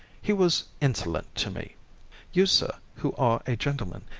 he was insolent to me you, sir, who are a gentleman,